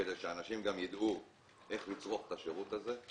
כדי שאנשים ידעו איך לצרוך את השירות הזה.